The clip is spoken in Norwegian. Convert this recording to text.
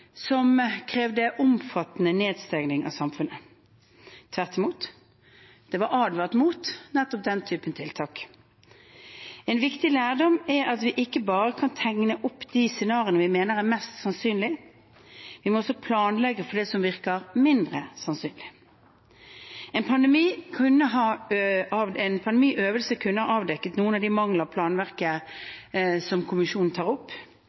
som krevde omfattende nedstengning av samfunnet. Tvert imot, det var advart mot nettopp den typen tiltak. En viktig lærdom er at vi ikke bare kan tegne opp de scenarioene vi mener er mest sannsynlige. Vi må også planlegge for det som virker mindre sannsynlig. En pandemiøvelse kunne ha avdekket noen av de mangler i planverket som kommisjonen tar opp.